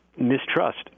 mistrust